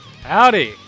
Howdy